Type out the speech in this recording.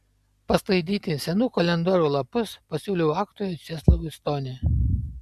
pasklaidyti senų kalendorių lapus pasiūliau aktoriui česlovui stoniui